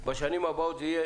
בשנים הבאות זה יהיה